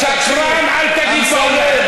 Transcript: "שקרן" אל תגיד פה.